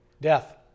death